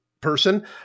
person